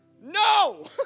No